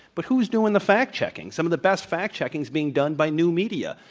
but who's doing the fact-checking, some of the best fact-checking's being done by new media.